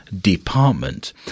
Department